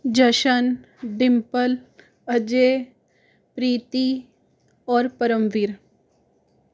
जशन डिम्पल अजय प्रीति और परमवीर